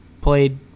played